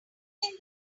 think